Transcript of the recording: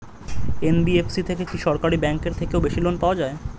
NBFC থেকে কি সরকারি ব্যাংক এর থেকেও বেশি লোন পাওয়া যায়?